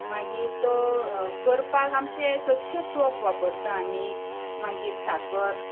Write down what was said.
मागीर तो करपाक आमचे सदचेच तोप वापरता आमी मागीर साकर